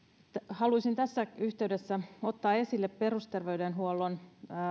haluaisin tässä yhteydessä ottaa esille perusterveydenhuollon